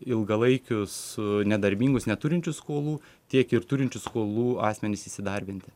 ilgalaikius nedarbingus neturinčius skolų tiek ir turinčius skolų asmenis įsidarbinti